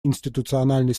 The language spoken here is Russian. институциональной